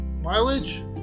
mileage